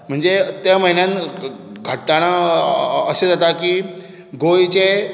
म्हणजे त्या म्हयन्यांत घडटना अशें जाता की गोंयचें